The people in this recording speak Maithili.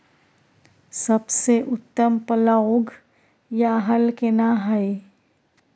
सबसे उत्तम पलौघ या हल केना हय?